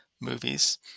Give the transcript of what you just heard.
movies